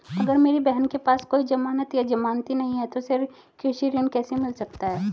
अगर मेरी बहन के पास कोई जमानत या जमानती नहीं है तो उसे कृषि ऋण कैसे मिल सकता है?